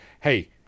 hey